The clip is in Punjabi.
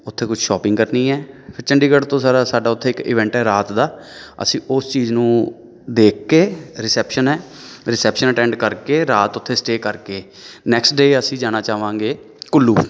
ਉੱਥੇ ਕੁਛ ਸ਼ੋਪਿੰਗ ਕਰਨੀ ਹੈ ਚੰਡੀਗੜ੍ਹ ਤੋਂ ਸਾਰਾ ਸਾਡਾ ਉੱਥੇ ਇੱਕ ਇਵੈਂਟ ਹੈ ਰਾਤ ਦਾ ਅਸੀਂ ਉਸ ਚੀਜ਼ ਨੂੰ ਦੇਖ ਕੇ ਰਿਸੈਪਸ਼ਨ ਹੈ ਰਿਸੇਪਸ਼ਨ ਅਟੈਂਡ ਕਰਕੇ ਰਾਤ ਉੱਥੇ ਸਟੇਅ ਕਰਕੇ ਨੈਕਸਟ ਡੇ ਅਸੀਂ ਜਾਣਾ ਚਾਹਵਾਂਗੇ ਕੁੱਲੂ